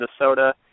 Minnesota